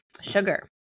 sugar